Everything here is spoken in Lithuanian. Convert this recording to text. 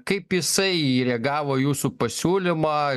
kaip jisai reagavo į jūsų pasiūlymą